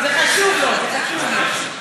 זה חשוב לו, זה חשוב לו.